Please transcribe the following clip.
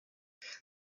this